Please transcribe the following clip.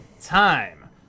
Time